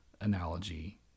analogy